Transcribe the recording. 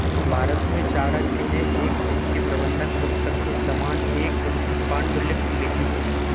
भारत में चाणक्य ने एक वित्तीय प्रबंधन पुस्तक के समान एक पांडुलिपि लिखी थी